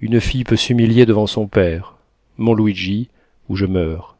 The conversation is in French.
une fille peut s'humilier devant son père mon luigi ou je meurs